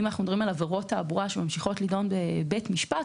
אם אנחנו מדברים על עבירות תעבורה שממשיכות להיות נדונות בבית משפט,